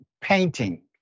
painting